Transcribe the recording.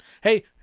Hey